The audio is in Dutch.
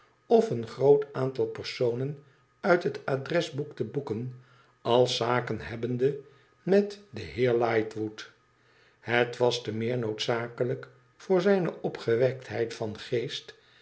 of een groot aantal personen uit het adresboek te boeken als zaken hebbende met den heer lightwood het was te meer noodzakelijk voor zijne opgewekt heid van geest